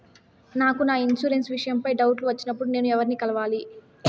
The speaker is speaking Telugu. నాకు నా ఇన్సూరెన్సు విషయం పై డౌట్లు వచ్చినప్పుడు నేను ఎవర్ని కలవాలి?